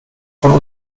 von